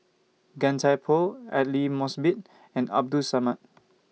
Gan Thiam Poh Aidli Mosbit and Abdul Samad